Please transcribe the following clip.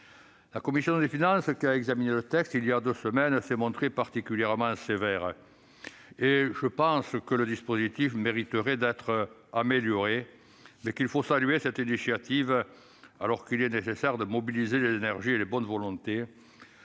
La commission des finances, qui a examiné le texte il y a deux semaines, s'est montrée particulièrement sévère. En effet, si le dispositif mérite sans doute d'être amélioré, il convient néanmoins de saluer cette initiative, alors qu'il est nécessaire de mobiliser les énergies et les bonnes volontés